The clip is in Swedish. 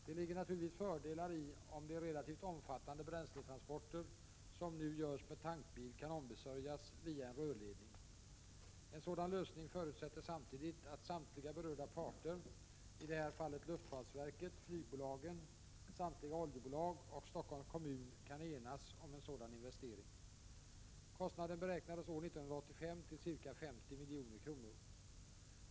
Det ligger naturligtvis fördelar i om de relativt omfattande bränsletransporter som nu görs med tankbil kan ombesörjas via en rörledning. En sådan lösning förutsätter samtidigt att samtliga berörda parter, i det här fallet luftfartsverket, flygbolagen, samtliga oljebolag och Stockholms kommun kan enas om en sådan investering. Kostnaden beräknades år 1985 till ca 50 milj.kr.